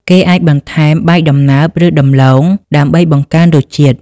គេអាចបន្ថែមបាយដំណើប ឬដំឡូងដើម្បីបង្កើនរសជាតិ។